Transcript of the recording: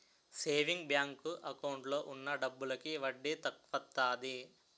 saving bank account లో ఉన్న డబ్బులకి వడ్డీ తక్కువత్తాది